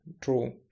true